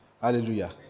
hallelujah